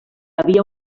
havia